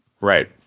Right